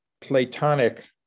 Platonic